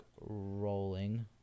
rolling